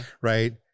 right